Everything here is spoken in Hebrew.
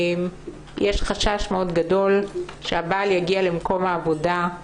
יש חשש מאוד גדול שהבעל יגיע למקום העבודה,